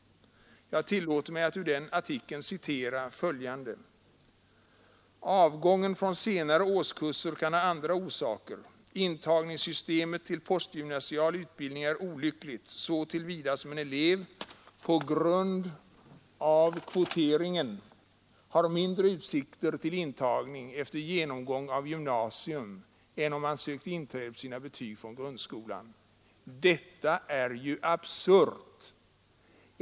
Jag tillåter mig att ur hans artikel citera följande: ”Avgången från senare årskurser kan ha andra orsaker. Intagningssystemet till postgymnasial utbildning är olyckligt, så till vida som en elev på grund av kvoteringen har mindre utsikter till intagning efter genomgång av gymnasium än om han sökt inträde på sina betyg från grundskolan. Detta är ju absurt.